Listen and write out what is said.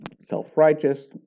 self-righteous